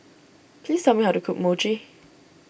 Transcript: please tell me how to cook Mochi